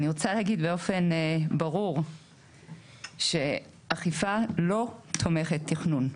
אני רוצה להגיד באופן ברור שאכיפה לא תומכת תכנון.